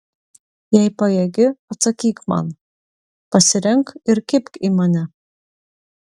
jei pajėgi atsakyk man pasirenk ir kibk į mane